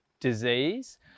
disease